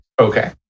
Okay